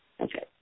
Okay